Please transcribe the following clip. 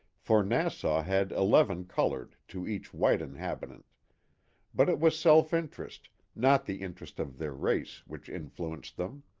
for nassau has eleven colored to each white inhabitant but it was self-interest, not the interest of their race, which influenced them.